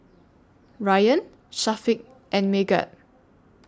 Ryan Syafiq and Megat